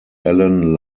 allan